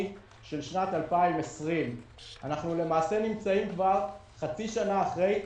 של שנת 2020. אנחנו נמצאים כבר חצי שנה אחרי,